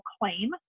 claim